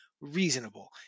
reasonable